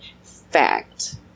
fact